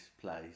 place